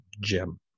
gem